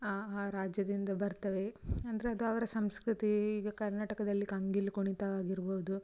ಆ ಆ ರಾಜ್ಯದಿಂದ ಬರ್ತವೆ ಅಂದ್ರೆ ಅದು ಅವರ ಸಂಸ್ಕೃತೀ ಈಗ ಕರ್ನಾಟಕದಲ್ಲಿ ಕಂಗೀಲು ಕುಣಿತ ಆಗಿರ್ಬೋದು